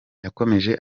yakomeje